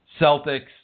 Celtics